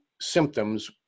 symptoms